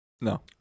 No